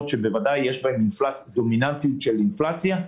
שבוודאי יש בהן דומיננטיות של אינפלציה.